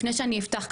לפני שאני אפתח,